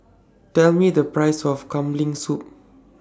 Tell Me The Price of Kambing Soup